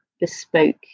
bespoke